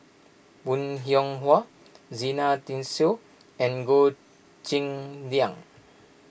Bong Hiong Hwa Zena Tessensohn and Goh Cheng Liang